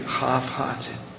half-hearted